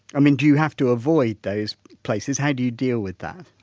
mean do you have to avoid those places how do you deal with that?